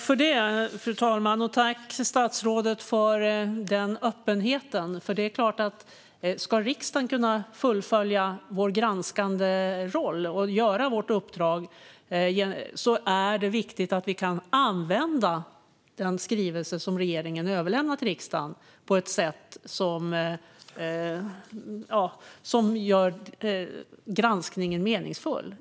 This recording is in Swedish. Fru talman! Tack, statsrådet, för den öppenheten! Det är klart att om vi i riksdagen ska kunna fullfölja vår granskande roll och utföra vårt uppdrag är det viktigt att den skrivelse som regeringen överlämnar till riksdagen är sådan att den gör granskningen meningsfull.